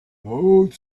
both